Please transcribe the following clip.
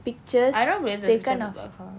I don't believe picture of the blackhole